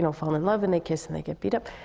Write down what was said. and fall in love, and they kiss, and they get beat up.